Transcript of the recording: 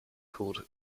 called